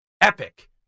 epic